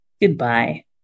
goodbye